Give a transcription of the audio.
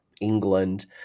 England